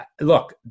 look